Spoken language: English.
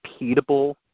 repeatable